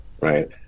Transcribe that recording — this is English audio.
right